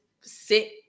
sit